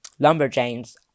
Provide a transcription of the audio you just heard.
Lumberjanes